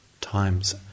times